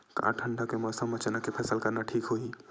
का ठंडा के मौसम म चना के फसल करना ठीक होही?